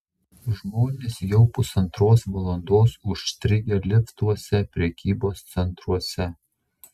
žmonės jau pusantros valandos užstrigę liftuose prekybos centruose